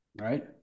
Right